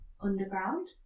underground